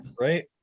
right